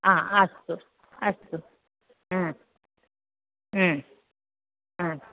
हा अस्तु अस्तु